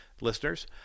listeners